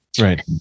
Right